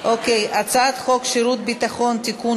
הצעת חוק שירות ביטחון (תיקון,